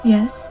Yes